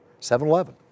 7-Eleven